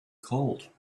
called